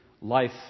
life